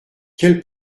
quelle